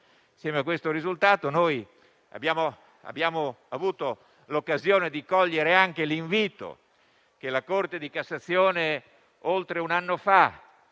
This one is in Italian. insieme a questo risultato, abbiamo avuto l'occasione di cogliere anche l'invito che la Corte di cassazione ha fatto oltre un anno fa